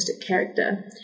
character